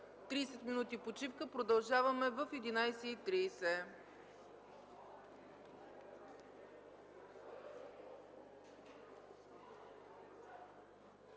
30 минути почивка. Продължаваме в 11,30